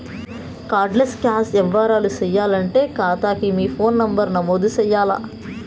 card less cash యవ్వారాలు సేయాలంటే కాతాకి మీ ఫోను నంబరు నమోదు చెయ్యాల్ల